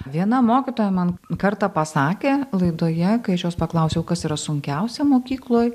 viena mokytoja man kartą pasakė laidoje kai aš jos paklausiau kas yra sunkiausia mokykloj